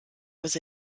was